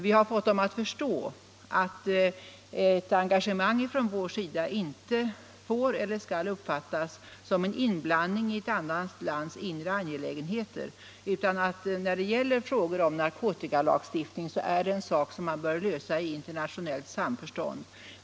Vi har fått dem att förstå att ett engagemang från vår sida inte skall uppfattas som en inblandning i ett annat lands inre angelägenheter utan att frågor om narkotikalagstiftning bör lösas i internationellt samförstånd.